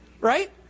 right